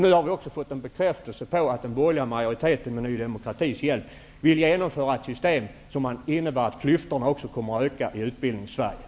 Nu har vi också fått en bekräftelse på att den borgerliga majoriteten med Ny demokratis hjälp vill genomföra ett system som innebär att klyftorna kommer att öka också i